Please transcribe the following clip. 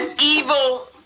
evil